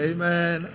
Amen